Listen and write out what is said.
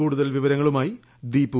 കൂടുതൽ വിവരങ്ങളുമായി ദീപു